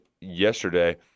yesterday